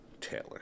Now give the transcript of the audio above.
Taylor